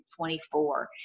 24